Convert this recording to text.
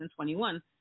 2021